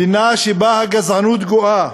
מדינה שבה הגזענות גואה,